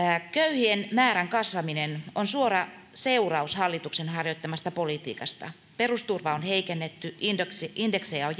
köyhien määrän kasvaminen on suora seuraus hallituksen harjoittamasta politiikasta perusturvaa on heikennetty indeksejä